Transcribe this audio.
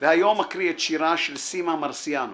היום אקריא את שירה של סימה מרסיאנו,